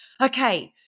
okay